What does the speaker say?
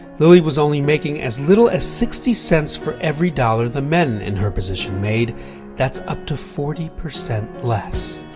lilly was only making as little as sixty cents for every dollar the men in her position made that's up to forty percent less.